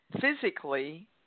physically